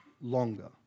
longer